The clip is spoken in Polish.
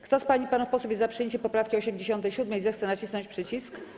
Kto z pań i panów posłów jest za przyjęciem poprawki 87., zechce nacisnąć przycisk.